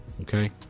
Okay